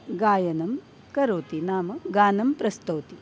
गायनं करोति नाम गानं प्रस्तौति